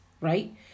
right